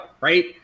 right